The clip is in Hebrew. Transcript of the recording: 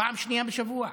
פעם שנייה השבוע.